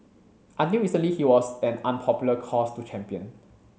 until recently he was an unpopular cause to champion